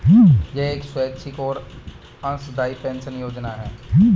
यह एक स्वैच्छिक और अंशदायी पेंशन योजना है